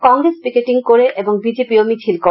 Congress picketing করে এবং বিজেপিও মিছিল করে